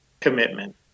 commitment